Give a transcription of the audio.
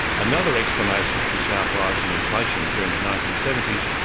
another explanation for the sharp rise in inflation during the nineteen seventy s,